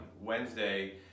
Wednesday